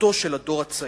התפתחותו של הדור הצעיר.